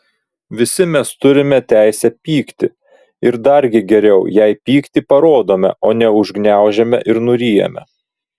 visi mes turime teisę pykti ir dargi geriau jei pyktį parodome o ne užgniaužiame ir nuryjame